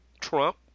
Trump